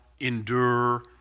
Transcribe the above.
endure